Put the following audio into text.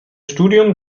studium